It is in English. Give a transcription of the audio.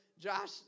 Josh